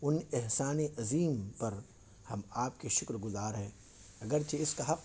ان احسان عظیم پر ہم آپ کے شکر گزار ہیں اگر چہ اس کا حق